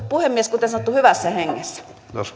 puhemies kuten sanottu hyvässä hengessä